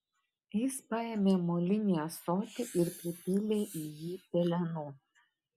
jis paėmė molinį ąsotį ir pripylė į jį pelenų